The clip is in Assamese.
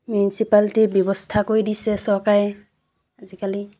মিউনিচিপালিটিৰ ব্যৱস্থা কৰি দিছে চৰকাৰে আজিকালি